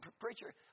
preacher